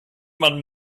man